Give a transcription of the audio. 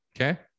okay